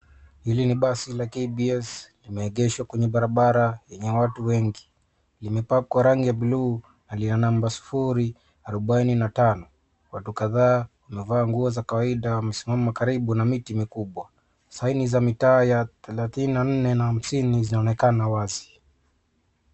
Hili ni basi la KBS limeegeshwa kwenye barabara enye watu wengi. Limepakwa rangi ya buluu na lina namba sufuri, arubaini na tano. Watu kadhaa wamevaa nguo za kawaida wamesimama karibu na miti mikubwa. Saini za mitaa ya thelathini na nne na hamsini zinaonekana wazi.